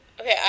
Okay